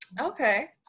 okay